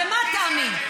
אז למה תאמין?